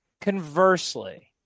Conversely